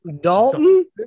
Dalton